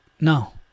no